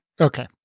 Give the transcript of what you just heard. Okay